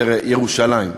תראה, ירושלים.